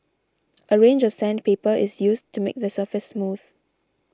a range of sandpaper is used to make the surface smooth